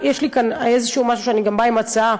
יש לי כאן איזשהו משהו שאני גם באה עם הצעה,